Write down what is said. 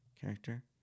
character